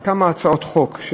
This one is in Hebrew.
זה כמה הצעות חוק,